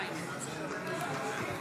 הצבעה כעת.